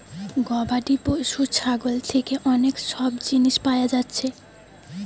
গবাদি পশু ছাগল থিকে অনেক সব জিনিস পায়া যাচ্ছে